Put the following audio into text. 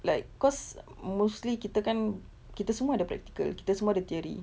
like cause mostly kita kan kita semua ada practical kita semua ada theory